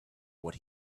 what